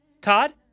todd